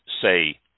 say